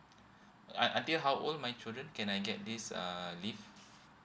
un until how old my children can I get this err leave